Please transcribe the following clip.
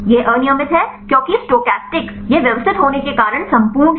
यह अनियमित है क्योंकि स्टोचस्टिक यह व्यवस्थित होने के कारण संपूर्ण है